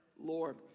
Lord